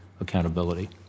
accountability